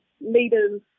Leaders